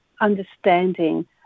understanding